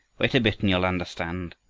wait a bit and you'll understand.